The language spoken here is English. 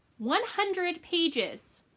one hundred pages